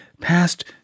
past